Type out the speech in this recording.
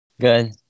Good